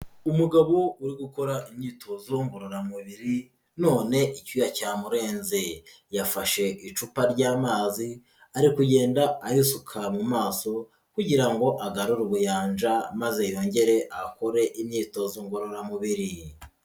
Umugabo uri gukora imyitozo ngororamubiri none icyuya cyamurenze, yafashe icupa ry'amazi ari kugenda ayisuka mu maso kugira ngo agarure ubuyanja maze yongere akore imyitozo ngororamubiri ye.